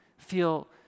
feel